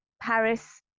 Paris